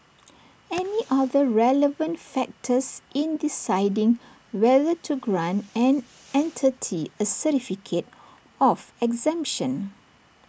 any other relevant factors in deciding whether to grant an entity A certificate of exemption